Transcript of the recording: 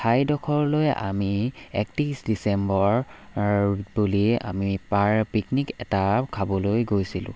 ঠাইডোখৰলৈ আমি একত্ৰিছ ডিচেম্বৰ বুলি আমি পাৰ পিকনিক এটা খাবলৈ গৈছিলোঁ